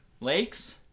Lakes